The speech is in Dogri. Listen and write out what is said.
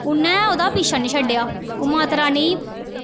उन्नै ओह्दा पिच्छा निं छड्डेआ ओह् माता रानी